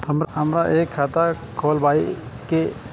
हमरा एक खाता खोलाबई के ये?